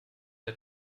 der